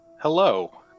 Hello